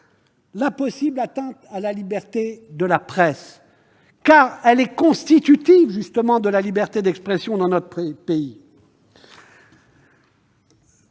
la possible atteinte à la liberté de la presse, qui est constitutive de la liberté d'expression dans notre pays.